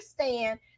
understand